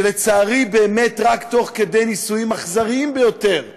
ולצערי באמת, רק תוך כדי ניסויים אכזריים ביותר,